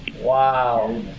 wow